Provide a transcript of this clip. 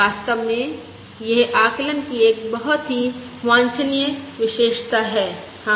वास्तव में यह आकलन की एक बहुत ही वांछनीय विशेषता है हाँ